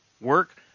work